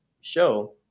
show